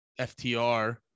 FTR